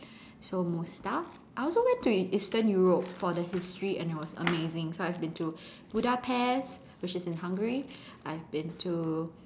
so Mostar I also went to Eastern Europe for the history and it was amazing so I've been to Budapest which is in Hungary I've been to